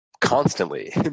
constantly